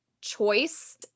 choice